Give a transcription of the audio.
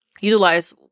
utilize